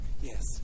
yes